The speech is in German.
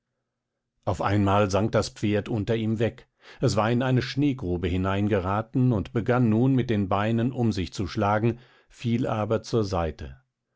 auf einmal sank das pferd unter ihm weg es war in eine schneegrube hineingeraten und begann nun mit den beinen um sich zu schlagen fiel aber zur seite